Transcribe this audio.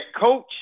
coach